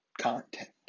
content